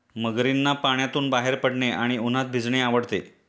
मगरींना पाण्यातून बाहेर पडणे आणि उन्हात भिजणे आवडते